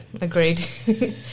agreed